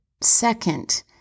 second